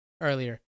earlier